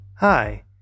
Hi